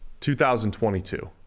2022